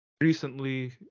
recently